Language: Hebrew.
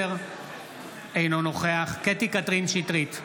אינו נוכח קטי קטרין שטרית,